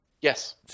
Yes